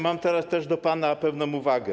Mam teraz też do pana pewną uwagę.